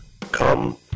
Come